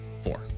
Four